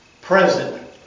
present